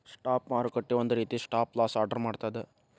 stop ಮಾರುಕಟ್ಟೆ ಒಂದ ರೇತಿ ಸ್ಟಾಪ್ ಲಾಸ್ ಆರ್ಡರ್ ಮಾಡ್ತದ